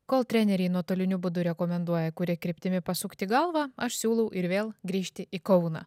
kol treneriai nuotoliniu būdu rekomenduoja kuria kryptimi pasukti galvą aš siūlau ir vėl grįžti į kauną